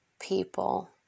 people